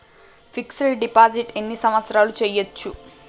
Fix డ్ deposit ఎన్ని సంవత్సరాలు చేయచ్చు?